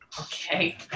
okay